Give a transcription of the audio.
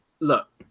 Look